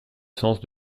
sens